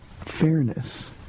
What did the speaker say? fairness